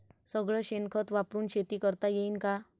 सगळं शेन खत वापरुन शेती करता येईन का?